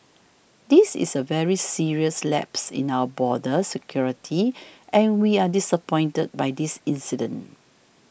this is a very serious lapse in our border security and we are disappointed by this incident